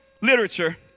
literature